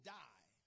die